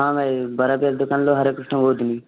ହଁ ଭାଇ ବରା ପିଆଜି ଦୋକାନରୁ ହରେକୃଷ୍ଣ କହୁଥିଲି